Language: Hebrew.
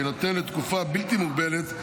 יינתן לתקופה בלתי מוגבלת.